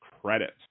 credit